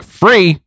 free